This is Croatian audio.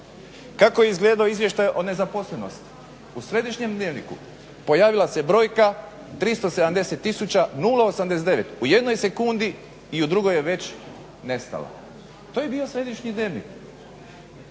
Kako je izgledao izvještaj o nezaposlenosti? U središnjem dnevniku pojavila se brojka 370 tisuća, 0,89 u jednoj sekundi i u drugoj je već nestala, to je bio središnji dnevnik.